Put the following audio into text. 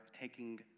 taking